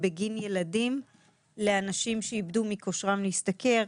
בגין ילדים לאנשים שאיבדו מכושרם להשתכר.